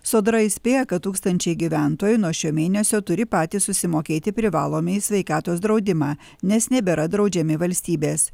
sodra įspėja kad tūkstančiai gyventojų nuo šio mėnesio turi patys susimokėti privalomąjį sveikatos draudimą nes nebėra draudžiami valstybės